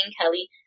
Kelly